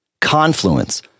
Confluence